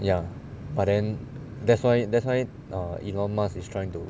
ya but then that's why that's why err elon musk is trying to